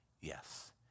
Yes